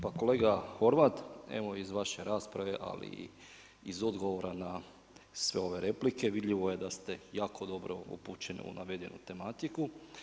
Pa kolega Horvat, evo iz vaše rasprave, ali iz odgovora na sve ove replike, vidljivo je da ste jako dobro upućeni u navedenu tematiku.